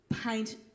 paint